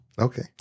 Okay